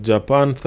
Japan